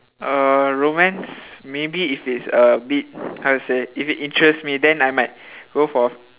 uh romance maybe if it's a bit how to say if it interests me then I might go for